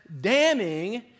damning